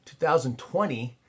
2020